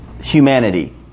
humanity